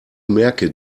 merke